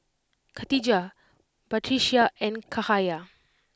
Khatijah Batrisya and Cahaya